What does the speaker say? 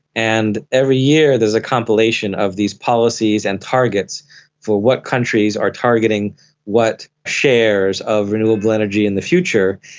and every year there is a compilation of these policies and targets for what countries are targeting what shares of renewable energy in the future.